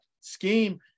scheme